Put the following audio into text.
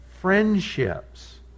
friendships